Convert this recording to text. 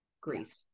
grief